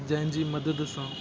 जंहिं जी मदद सां